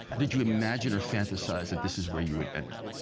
did you imagine or fantasize that this is where you would end up?